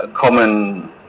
common